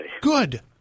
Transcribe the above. Good